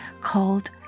called